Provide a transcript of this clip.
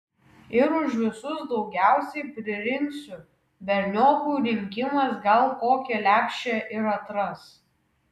ir už visus daugiausiai pririnksiu berniokų rinkimas gal kokią lepšę ir atras